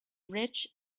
rich